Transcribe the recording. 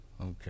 Okay